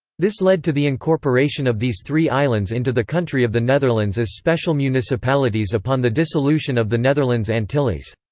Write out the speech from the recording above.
this led to the incorporation of these three islands into the country of the netherlands as special municipalities upon the dissolution of the netherlands antilles.